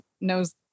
knows